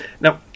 Now